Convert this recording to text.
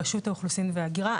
ברשות האוכלוסין וההגירה,